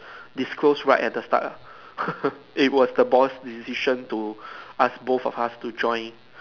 disclosed right at the start lah it was the boss decision to ask both of us to join